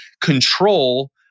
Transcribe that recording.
control